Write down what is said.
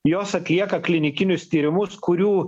jos atlieka klinikinius tyrimus kurių